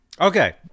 Okay